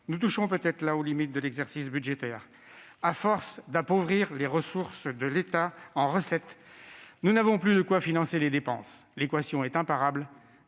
Nous touchons peut-être là aux limites de l'exercice budgétaire. À force d'appauvrir les ressources de l'État en recettes, nous n'avons plus de quoi financer ses dépenses ; l'équation est imparable,